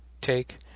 take